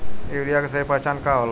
Urea के सही पहचान का होला?